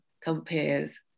compares